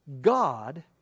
God